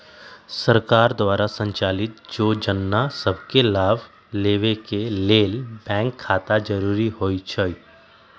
सरकार द्वारा संचालित जोजना सभके लाभ लेबेके के लेल बैंक खता जरूरी होइ छइ